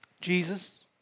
Jesus